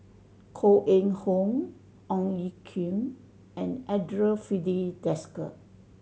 Koh Eng Hoon Ong Ye Kung and Andre Filipe Desker